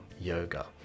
Yoga